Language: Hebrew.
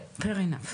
כן, fair enough.